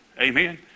Amen